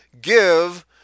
give